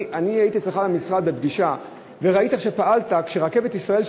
אני הייתי אצלך במשרד בפגישה וראיתי איך פעלת כששבתו ברכבת ישראל,